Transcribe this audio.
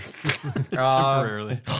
Temporarily